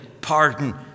pardon